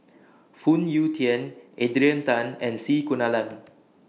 Phoon Yew Tien Adrian Tan and C Kunalan